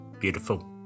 Beautiful